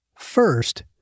First